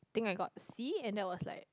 think I got C and that was like